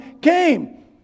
came